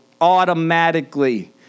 automatically